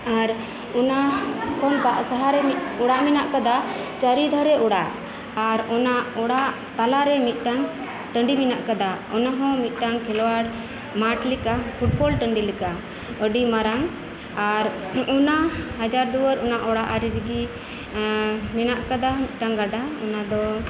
ᱟᱨ ᱠᱷᱚᱱ ᱫᱟᱜ ᱥᱟᱦᱟᱨᱮ ᱢᱤᱫ ᱚᱲᱟᱜ ᱢᱮᱱᱟᱜ ᱟᱠᱟᱫᱟ ᱪᱟᱹᱨᱤᱫᱷᱟᱨᱮ ᱚᱲᱟᱜ ᱟᱨ ᱚᱱᱟ ᱚᱲᱟᱜ ᱛᱟᱞᱟᱨᱮ ᱢᱤᱫᱴᱟᱝ ᱴᱟᱺᱰᱤ ᱢᱮᱱᱟᱜ ᱟᱠᱟᱫᱟ ᱚᱱᱟᱦᱚᱸ ᱢᱤᱫᱴᱟᱝ ᱠᱷᱮᱞᱣᱟᱲ ᱢᱟᱴ ᱞᱮᱠᱟ ᱯᱷᱩᱴᱵᱚᱞ ᱴᱟᱺᱰᱤ ᱞᱮᱠᱟ ᱟᱹᱰᱤ ᱢᱟᱨᱟᱝ ᱟᱨ ᱚᱱᱟ ᱦᱟᱡᱟᱨ ᱫᱩᱣᱟᱹᱨ ᱚᱱᱟ ᱚᱲᱟᱜ ᱟᱲᱤ ᱨᱮᱜᱤ ᱢᱮᱱᱟᱜ ᱟᱠᱟᱫᱟ ᱢᱤᱫᱴᱟᱝ ᱜᱟᱰᱟ ᱚᱱᱟᱫᱚ